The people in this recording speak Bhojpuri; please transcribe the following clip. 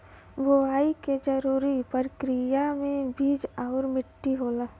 बुवाई के जरूरी परकिरिया में बीज आउर मट्टी होला